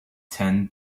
ten